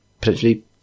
potentially